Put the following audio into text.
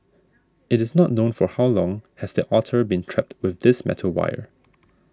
it is not known for how long has the otter been trapped with this metal wire